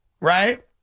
right